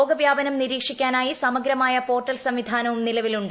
രോഗവ്യാപനം നിരീക്ഷിക്കാനായി സമഗ്രമായ് പ്പോർട്ടൽ സംവിധാനവും നിലവിലുണ്ട്